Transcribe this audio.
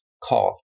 call